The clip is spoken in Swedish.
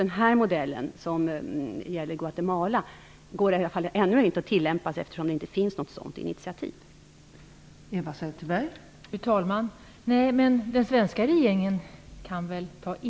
Den modell som gäller Guatemala går dock ännu inte att tillämpa, eftersom det inte tagits något initiativ i den riktningen.